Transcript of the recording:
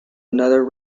another